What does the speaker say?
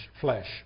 flesh